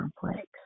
complex